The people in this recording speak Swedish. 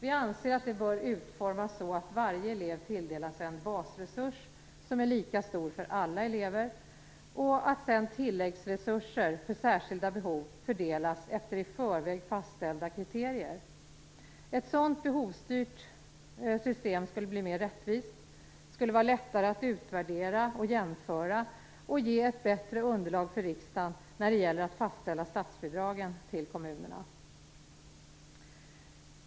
Vi anser att det bör utformas så, att varje elev tilldelas en basresurs, som är lika stor för alla elever, och att sedan tilläggsresurser för särskilda behov fördelas efter i förväg fastställda kriterier. Ett sådant behovsstyrt system skulle bli mer rättvist, skulle vara lättare att utvärdera och jämföra och skulle ge ett bättre underlag för riksdagen när det gäller att fastställa statsbidragen till kommunerna.